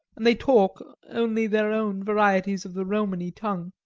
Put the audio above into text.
and they talk only their own varieties of the romany tongue.